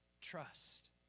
Trust